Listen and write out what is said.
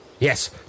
Yes